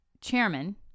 chairman